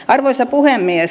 arvoisa puhemies